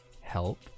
help